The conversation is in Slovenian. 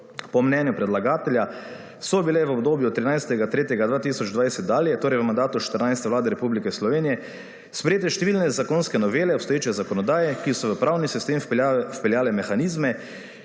po mnenju predlagatelja so bile v obdobju 13. 3. 2020 dalje, torej v mandatu 14. Vlade Republike Slovenije sprejete številne zakonske novele obstoječe zakonodaje, ki so v pravni sistem vpeljale mehanizme,